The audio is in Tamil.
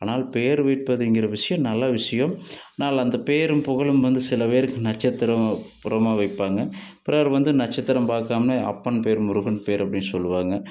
ஆனால் பெயர் வைப்பதுங்கிற விஷயம் நல்ல விஷயம் ஆனால் அந்த பேரும் புகழும் வந்து சில பேருக்கு நட்சத்திரம் புறமா வைப்பாங்க பிறர் நட்சத்திரம் பார்க்காம அப்பன் பேர் முருகன் பேர் அப்படின்னு சொல்வாங்க